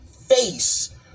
face